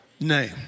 name